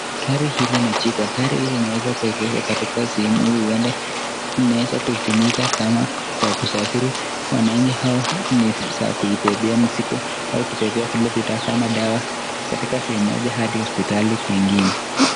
Gari hili ni jipya, gari hili limeweza kuegeshwa katika sehemu hii huenda inaweza kuitumika kama kwa kusafiri, wananchi hawa ni za kubebea mizigo au kubebea zile vitu kama dawa katika sehemu moja hadi hospitali kwingine.